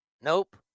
Nope